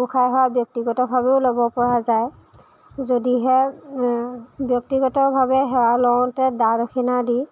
গোঁসাই সেৱা ব্যক্তিগতভাৱেও ল'ব পৰা যায় যদিহে ব্যক্তিগতভাৱে সেৱা লওঁতে দা দক্ষিণা দি